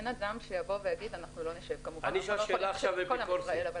כמובן לא כל עם ישראל.